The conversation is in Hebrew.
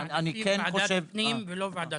מעדיפים ועדת פנים ולא חוקה.